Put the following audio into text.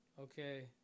Okay